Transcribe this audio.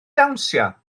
dawnsio